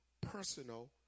personal